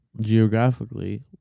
geographically